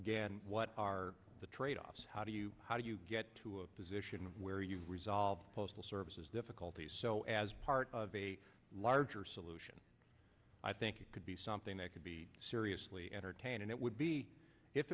again what are the tradeoffs how do you how do you get to a position where you've resolved postal services difficulties so as part of a larger solution i think it could be something that could be seriously entertain and it would be if